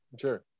Sure